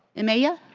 amaya